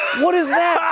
what is that!